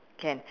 can